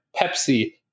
Pepsi